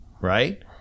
right